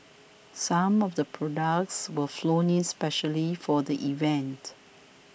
some of the products were flown in specially for the event